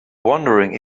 wondering